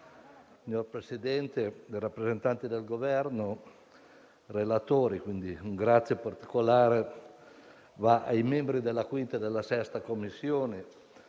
Signor Presidente, rappresentanti del Governo, relatori, un grazie particolare va ai membri della 5a della 6a Commissione,